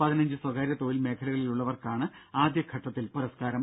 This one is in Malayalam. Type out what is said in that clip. പതിനഞ്ച് സ്വകാര്യ തൊഴിൽ മേഖലകളിലുള്ളവർക്കാണ് ആദ്യഘട്ടത്തിൽ പുരസ്കാരം